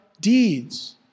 deeds